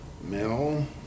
Mel